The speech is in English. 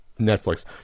Netflix